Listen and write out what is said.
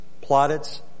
plaudits